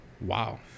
Wow